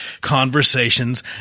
conversations